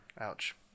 Ouch